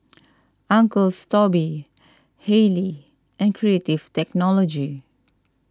Uncle Toby's Haylee and Creative Technology